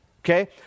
Okay